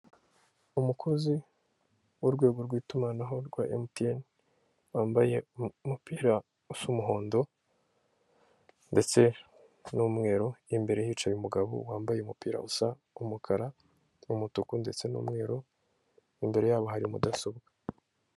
Umukozi w'urwego rw'itumanaho rwa emutiyene wambaye umupira usa umuhondo, ndetse n'umweru imbere hicaye umugabo wambaye umupira usa umukara, umutuku ndetse n'umweru, imbere yabo hari mudasobwa.